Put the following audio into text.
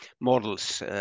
models